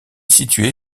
situé